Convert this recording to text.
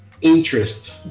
interest